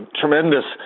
tremendous